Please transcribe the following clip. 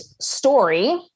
story